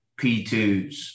P2s